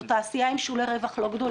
זו תעשייה עם שולי רווח לא גדולים.